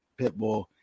Pitbull